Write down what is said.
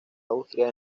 austria